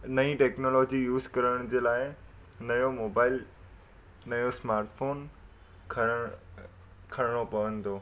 नई technology use करण जे लाइ नयो मोबाइल नयो स्मार्ट फ़ोन खणणु खणणो पवंदो